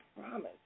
promise